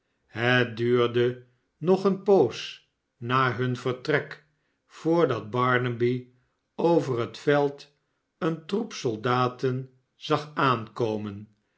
het duurde nog eene poos na hun vertrek voordat barnaby over het veld een troep soldaten zag aankomen